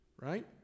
right